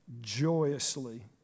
joyously